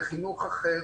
לחינוך אחר,